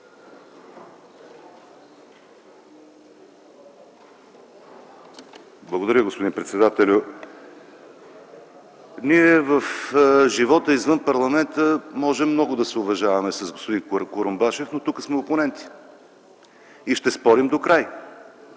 Благодаря, господин председателю. В живота извън парламента ние може много да се уважаваме с господин Курумбашев, но тук сме опоненти и ще спорим докрай.